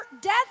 Death